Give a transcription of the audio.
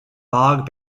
bog